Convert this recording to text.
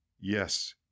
Yes